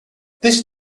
this